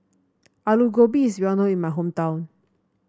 Aloo Gobi is well known in my hometown